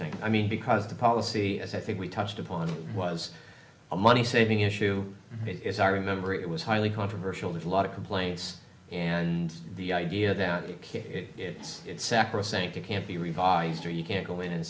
thing i mean because the policy as i think we touched upon was a money saving issue is i remember it was highly controversial that a lot of complaints and the idea that it kick it it's sacrosanct it can't be revised or you can't go in and